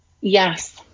Yes